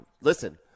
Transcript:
listen